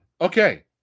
okay